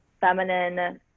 Feminine